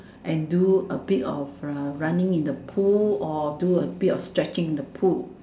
and do a bit of uh running in the pool or do a bit of stretching in the pool